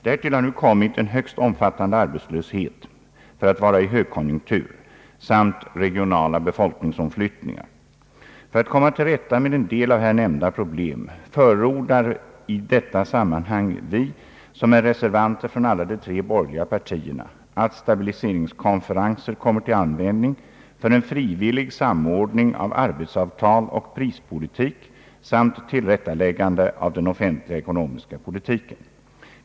Därtill har nu kommit en högst omfattande arbetslöshet för att vara i högkonjunktur samt regionala befolkningsomflyttningar. För att komma till rätta med en del av här nämnda problem förordar i det fa sammanhang vi som är reservanter från alla de tre borgerliga partierna, att stabiliseringskonferenser utnyttjas för en frivillig samordning av arbetsavtal och prispolitik samt tillrättaläggande av den offentliga ekonomiska politiken.